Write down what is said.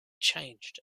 changed